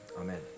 Amen